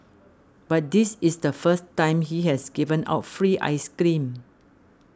but this is the first time he has given out free ice cream